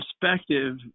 perspective